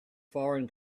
foreign